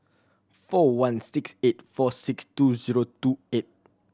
four one six eight four six two zero two eight